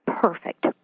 perfect